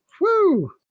Woo